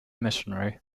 missionary